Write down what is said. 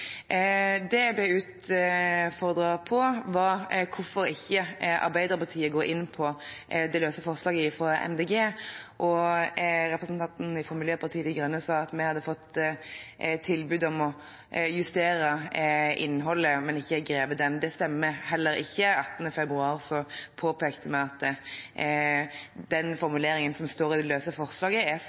Det jeg ble utfordret på, var hvorfor Arbeiderpartiet ikke går inn på det løse forslaget fra Miljøpartiet De Grønne. Representanten fra Miljøpartiet De Grønne sa vi hadde fått tilbud om å justere innholdet, men ikke grepet den. Det stemmer heller ikke. Den 18. februar påpekte vi at den formuleringen som står i det løse forslaget, er